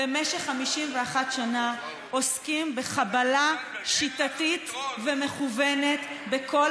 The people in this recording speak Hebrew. במשך 51 שנה עוסקים בחבלה שיטתית ומכוונת בכל